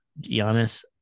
Giannis